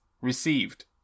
Received